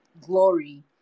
glory